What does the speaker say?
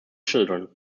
children